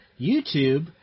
YouTube